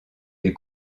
des